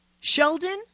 Sheldon